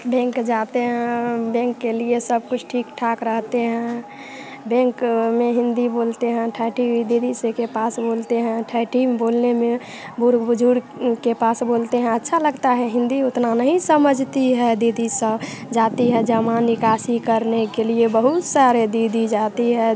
bank जाते हैं bank के लिए सबकुछ ठीक ठाक रहते हैं बैंक में हिन्दी बोलते हैं ठेठी दीदी सबके पास बोलते हैं ठेठी में बोलने में बूढ़ बुजुर्ग के पास बोलते हैं अच्छा लगता है हिन्दी उतना समझती है दीदी सब जाती है जमा निकासी करने के लिए बहुत सारी दीदी जाती है